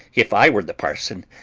if i were the parson.